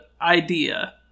idea